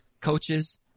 coaches